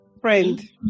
friend